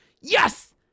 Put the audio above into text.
Yes